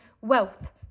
wealth